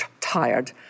tired